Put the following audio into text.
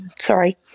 sorry